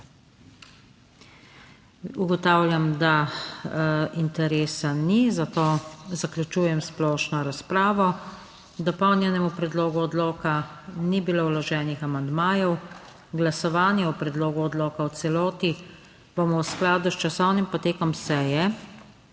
Ugotavljam, da interesa ni, zato zaključujem splošno razpravo. K dopolnjenemu predlogu odloka ni bilo vloženih amandmajev. Glasovanje o predlogu odloka v celoti bomo v skladu s časovnim potekom seje